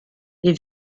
les